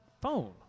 phone